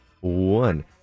one